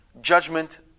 judgment